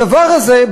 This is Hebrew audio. הדבר הזה,